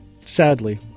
Sadly